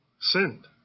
sinned